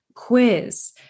quiz